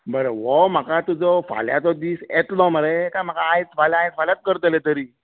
बरें हो म्हाका तुजो फाल्यांचो दीस येतलो मरे काय म्हाका आयज फाल्यां आयज फाल्यांच करतले तरी